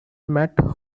matt